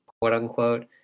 quote-unquote